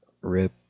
RIP